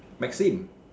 might seem